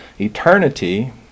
eternity